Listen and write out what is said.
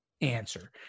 answer